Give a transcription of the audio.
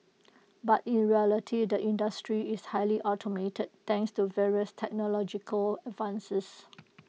but in reality the industry is highly automated thanks to various technological advances